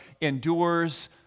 endures